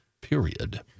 period